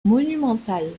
monumentales